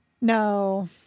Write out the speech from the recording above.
No